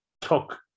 took